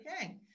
okay